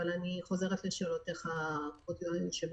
אני חוזרת לשאלותיך, היושב-ראש.